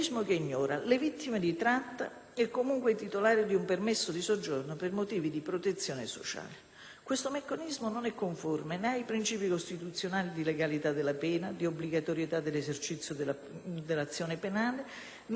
Questo meccanismo non è conforme né ai principi costituzionali di legalità della pena, di obbligatorietà dell'esercizio dell'azione penale, né a quelli di presunzione di innocenza, di eguaglianza di fronte alla legge e di effettività del diritto di difesa.